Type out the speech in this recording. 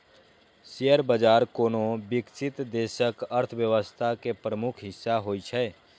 share बाजार कोनो विकसित देशक अर्थव्यवस्था के प्रमुख हिस्सा होइ छै